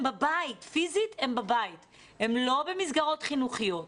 הם בבית פיזית, הם לא במסגרות חינוכיות.